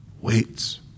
waits